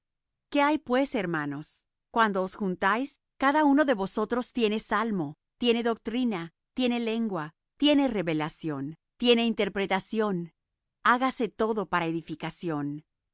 qué hay pues hermanos cuando os juntáis cada uno de vosotros tiene salmo tiene doctrina tiene lengua tiene revelación tiene interpretación hagáse todo para edificación